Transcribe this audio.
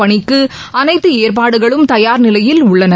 பணிக்கு அனைத்து ஏற்பாடுகளும் தயார் நிலையில் உள்ளன